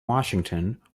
washington